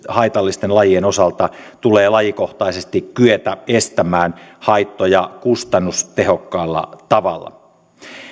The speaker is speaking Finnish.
haitallisten lajien osalta tulee lajikohtaisesti kyetä estämään haittoja kustannustehokkaalla tavalla